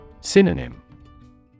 Synonym